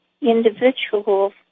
individuals